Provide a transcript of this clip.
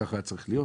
כך היה צריך להיות.